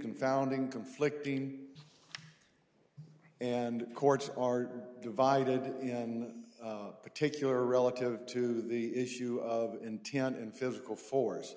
confounding conflicting and the courts are divided in particular relative to the issue of intent and physical force